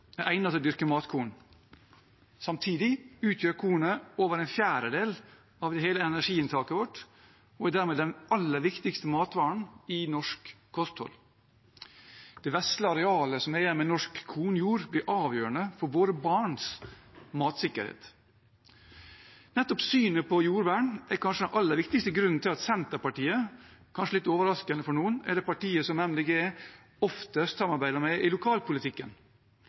til å dyrke matkorn. Samtidig utgjør kornet over en fjerdedel av hele energiinntaket vårt og er dermed den aller viktigste matvaren i norsk kosthold. Det vesle arealet som er igjen av norsk kornjord, blir avgjørende for våre barns matsikkerhet. Nettopp synet på jordvern er kanskje den aller viktigste grunnen til at Senterpartiet – kanskje litt overraskende for noen – er det partiet Miljøpartiet De Grønne oftest samarbeider med i lokalpolitikken,